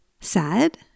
sad